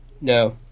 No